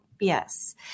Yes